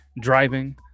driving